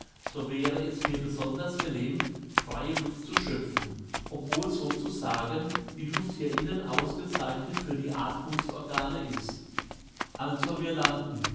so wäre es mir besonders genehm freie luft zu schöpfen obwohl sozusagen die luft hier innen ausgezeichnet für die atmungsorkane ist also wir landen